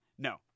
No